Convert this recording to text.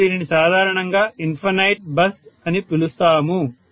మనము దీనిని సాధారణంగా ఇన్ఫనైట్ బస్ అని పిలుస్తాము